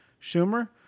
schumer